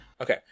Okay